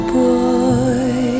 boy